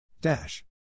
dash